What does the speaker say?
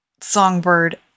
Songbird